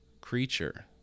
creature